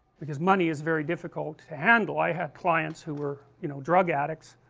because money is very difficult to handle, i had clients who were you know drug addicts,